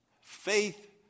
faith